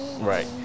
right